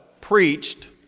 preached